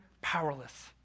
powerless